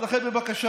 אז לכן בבקשה,